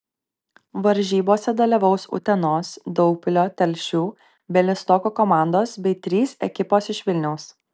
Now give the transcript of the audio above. varžybose dalyvaus utenos daugpilio telšių bialystoko komandos bei trys ekipos iš vilniaus